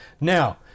Now